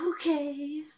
Okay